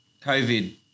COVID